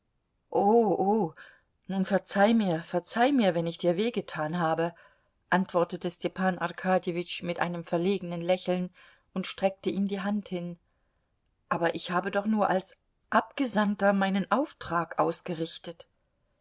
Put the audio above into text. nun verzeih mir verzeih mir wenn ich dir weh getan habe antwortete stepan arkadjewitsch mit einem verlegenen lächeln und streckte ihm die hand hin aber ich habe doch nur als abgesandter meinen auftrag ausgerichtet